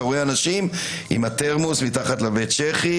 אתה רואה אנשים עם התרמוס מתחת לבית השחי